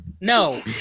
No